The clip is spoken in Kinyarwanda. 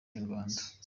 inyarwanda